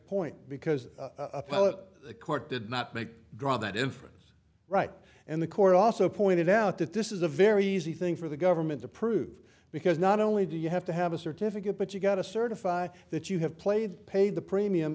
point because appellate court did not make draw that inference right and the court also pointed out that this is a very easy thing for the government to prove because not only do you have to have a certificate but you've got to certify that you have played paid the premium